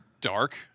dark